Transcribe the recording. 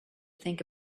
think